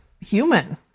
human